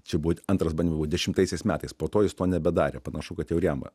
čia buo antras bandyma buo dešimtaisiais metais po to jis to nebedarė panašu kad jau ir jam